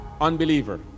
unbeliever